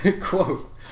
Quote